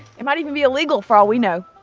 it might even be illegal for all we know.